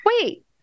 Wait